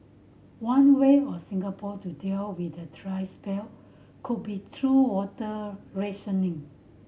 one way of Singapore to deal with the dry spell could be through water rationing